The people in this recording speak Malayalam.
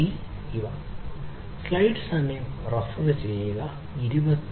ടി ഇവ